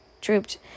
drooped